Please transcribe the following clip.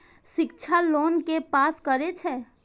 शिक्षा लोन के पास करें छै?